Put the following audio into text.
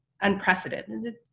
unprecedented